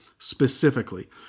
specifically